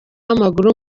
w’amaguru